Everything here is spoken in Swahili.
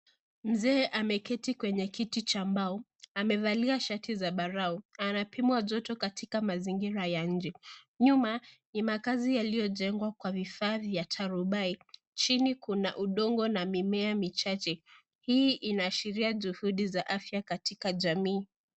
Mzee ameketi kwenye kiti cha mbao amevalia shati la zabarau na anapimwa joto katika mazingira ya nje. Nyuma ni makazi yaliyojengwa kwa vifaa vya tarubai. Chini kuna udongo na mimea michache. Hii inaashiria juhudi za afya katika jamii.